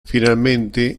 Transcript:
finalmente